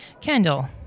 kendall